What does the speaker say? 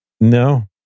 No